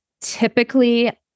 typically